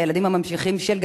והילדים הממשיכים של,